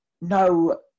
no